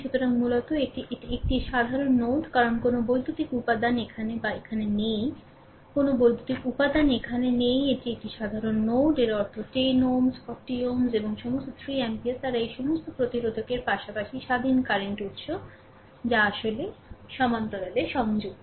সুতরাং মূলত এটি এটি একটি সাধারণ নোড কারণ কোনও বৈদ্যুতিক উপাদান এখানে বা এখানে নেই কোনও বৈদ্যুতিক উপাদান এখানে নেই এটি একটি সাধারণ নোড এর অর্থ 10 Ω 40 Ω এবং সমস্ত 3 অ্যাম্পিয়ার তারা এই সমস্ত প্রতিরোধকের পাশাপাশি স্বাধীন কারেন্ট উত্স যা আসলেই সমান্তরালে সংযুক্ত